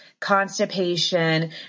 constipation